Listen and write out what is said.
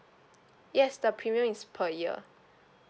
yes the premium is per year